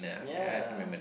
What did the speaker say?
ya